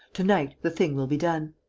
to-night, the thing will be done.